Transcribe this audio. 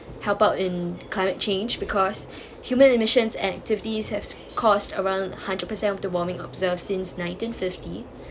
help out in climate change because human emissions and activities has cost around hundred percent of the warming observe since nineteen fifty